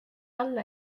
alla